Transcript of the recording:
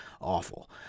awful